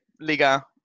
Liga